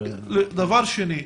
דבר שני,